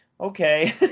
okay